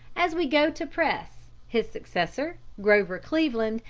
as we go to press, his successor, grover cleveland,